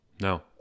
no